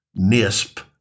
NISP